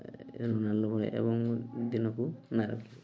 ରୁଣ ଏବଂ ଦିନକୁ